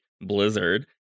Blizzard